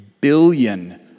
billion